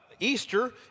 Easter